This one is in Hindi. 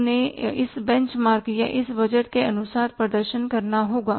अब उन्हें इस बेंच मार्क या इस बजट के अनुसार प्रदर्शन करना होगा